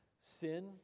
sin